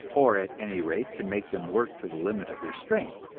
or at any rate can make them work to the limit of their strength,